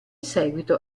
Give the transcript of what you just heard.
seguito